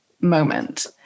moment